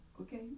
Okay